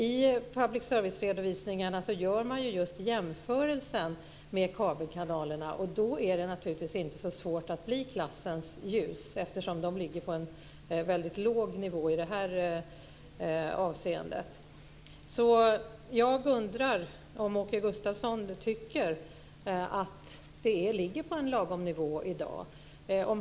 I public service-redovisningarna gör man just jämförelsen med kabelkanalerna. Då är det naturligtvis inte så svårt att bli klassens ljus, eftersom de ligger på en väldigt låg nivå i det här avseendet. Jag undrar om Åke Gustavsson tycker att det ligger på en lagom nivå i dag.